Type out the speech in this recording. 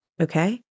okay